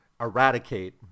eradicate